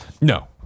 No